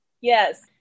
Yes